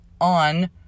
on